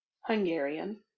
Hungarian